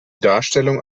darstellung